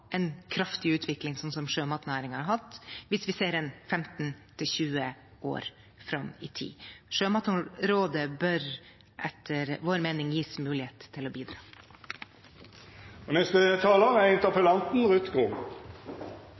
en kraftig utvikling, slik sjømatnæringen har hatt, hvis vi ser 15–20 år fram i tid. Sjømatrådet bør etter vår mening gis mulighet til å bidra. For Arbeiderpartiet er